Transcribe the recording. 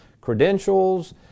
credentials